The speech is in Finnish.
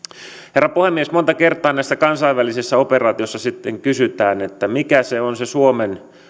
herra puhemies monta kertaa näissä kansainvälisissä operaatioissa sitten kysytään mikä se on se suomen